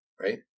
right